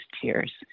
tears